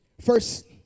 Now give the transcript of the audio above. First